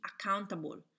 accountable